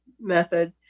method